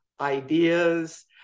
ideas